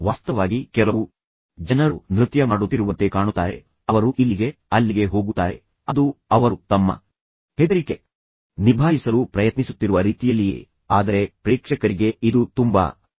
ವಾಸ್ತವವಾಗಿ ಕೆಲವು ಜನರು ನೃತ್ಯ ಮಾಡುತ್ತಿರುವಂತೆ ಕಾಣುತ್ತಾರೆ ಅವರು ಇಲ್ಲಿಗೆ ಅಲ್ಲಿಗೆ ಹೋಗುತ್ತಾರೆ ಅದು ಅವರು ತಮ್ಮ ಹೆದರಿಕೆಯನ್ನು ನಿಭಾಯಿಸಲು ಪ್ರಯತ್ನಿಸುತ್ತಿರುವ ರೀತಿಯಲ್ಲಿಯೇ ಆದರೆ ಪ್ರೇಕ್ಷಕರಿಗೆ ಇದು ತುಂಬಾ ತಮಾಷೆಯಾಗಿ ಕಾಣುತ್ತದೆ